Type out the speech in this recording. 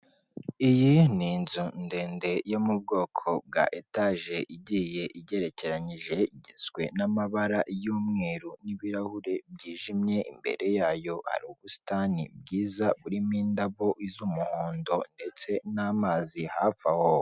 Iyi ni inzu ndende yo mu bwoko bwa etaje igiye igerekeyije, igizwe n'amabara y'umweru n'ibirahure byijimye, imbere yayo ubusitani bwiza burimo indabo z'umuhondo ndetse n'amazi hafi aho.